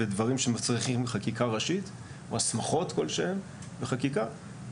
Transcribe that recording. ודברים שמצריכים חקיקה ראשית או הסמכות כלשהן לחקיקה,